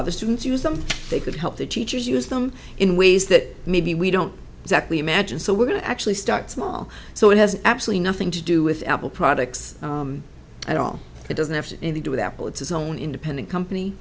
other students use them they could help their teachers use them in ways that maybe we don't exactly imagine so we're going to actually start small so it has absolutely nothing to do with apple products at all it doesn't have to do with apple it's own independent company